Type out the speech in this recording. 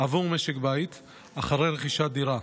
עבור משק בית אחרי רכישת דירה.